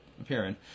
appearing